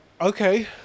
okay